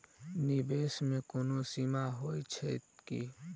निवेश केँ कोनो सीमा होइत छैक की?